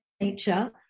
nature